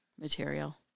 material